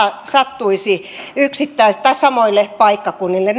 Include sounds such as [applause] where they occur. sattuisi samoille paikkakunnille [unintelligible]